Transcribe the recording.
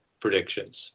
predictions